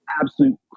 absolute